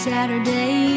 Saturday